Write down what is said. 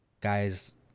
guy's